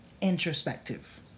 introspective